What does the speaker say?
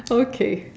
okay